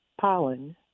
Pollen